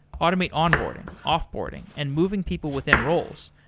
automate onboarding, off-boarding and moving people within roles.